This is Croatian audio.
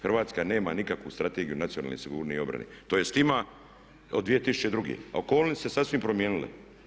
Hrvatska nema nikakvu strategiju nacionalne sigurnosti i obrane, tj. ima od 2002. a okolnosti su se sasvim promijenile.